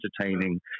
entertaining